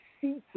seats